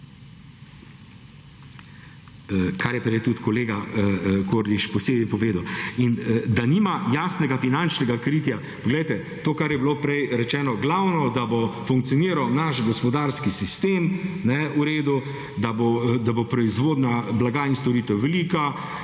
kar je prej tudi kolega Kordiš posebej povedal. In da nima jasnega finančnega kritja. Glejte, to kar je bilo prej rečeno, glavno da bo funkcioniral naš gospodarski sistem, v redu, da bo proizvodnja blaga in storitev velika,